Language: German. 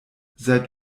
seit